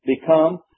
become